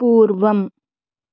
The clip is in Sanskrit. पूर्वम्